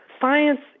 science